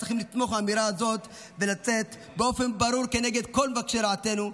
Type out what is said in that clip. צריכים לתמוך באמירה הזאת ולצאת באופן ברור כנגד כל מבקשי רעתנו,